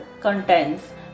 contains